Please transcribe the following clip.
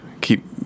keep